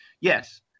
Yes